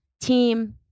team